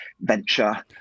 venture